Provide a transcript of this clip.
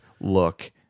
look